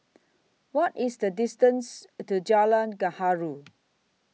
What IS The distance to Jalan Gaharu